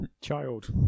Child